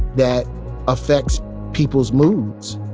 that affects people's moods.